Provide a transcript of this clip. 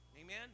Amen